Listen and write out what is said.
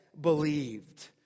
believed